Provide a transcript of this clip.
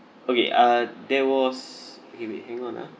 okay uh there was okay wait hang on ah